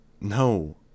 No